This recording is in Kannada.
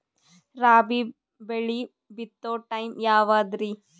ರಾಬಿ ಬೆಳಿ ಬಿತ್ತೋ ಟೈಮ್ ಯಾವದ್ರಿ?